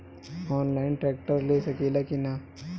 Online tractor ले सकीला कि न?